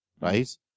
right